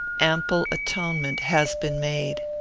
ample atonement has been made.